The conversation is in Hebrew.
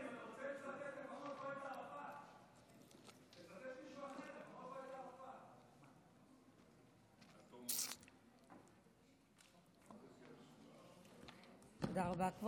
תודה רבה.